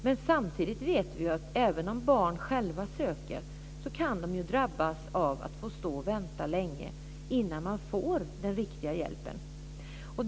Men samtidigt vet vi att även om barn själva söker kan de drabbas av att få stå och vänta länge innan de får den viktiga hjälpen.